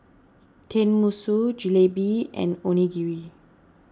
Tenmusu Jalebi and Onigiri